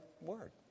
word